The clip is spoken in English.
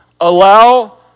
Allow